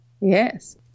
Yes